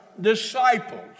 disciples